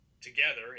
together